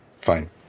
Fine